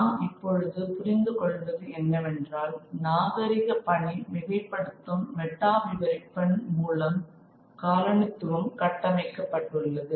நாம் இப்பொழுது புரிந்து கொள்வது என்னவென்றால் நாகரீக பணி மிகைப்படுத்தும் மெட்டா விவரிப்பின் மூலம் காலனித்துவம் கட்டமைக்கப் பட்டுள்ளது